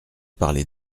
parler